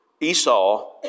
Esau